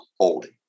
holy